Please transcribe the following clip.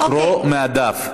לקרוא מהדף.